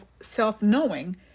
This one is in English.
Self-Knowing